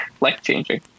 Life-changing